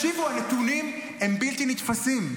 תקשיבו, הנתונים הם בלתי נתפסים.